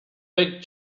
big